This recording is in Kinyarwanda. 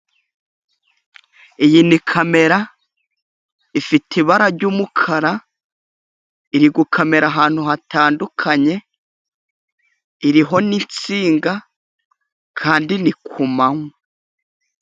Iyi ni kamera ifite ibara ry'umukara iri gukamerara ahantu hatandukanye. Iriho n'itsinga kandi ni kumanywa.